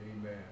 Amen